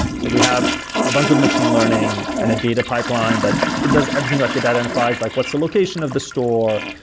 so we have a bunch of machine learning and a data pipeline that it does everything, like it identifies like what's the location of the store.